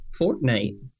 fortnite